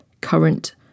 current